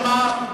חבר הכנסת שאמה.